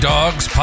Dogs